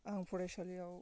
आं फरायसालियाव